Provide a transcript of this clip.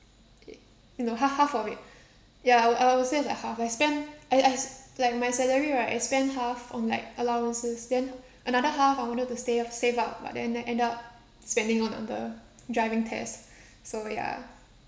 you know ha~ half of it ya I I would save like half I spend I I s~ like my salary right I spend half on like allowances then another half I wanted to stay up save up but then end up spending on on the driving test so ya